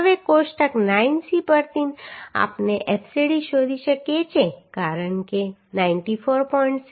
હવે કોષ્ટક 9c પરથી આપણે fcd શોધી શકીએ છીએ કારણ કે 94